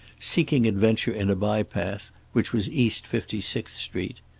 seeking adventure in a bypath, which was east fifty sixth street.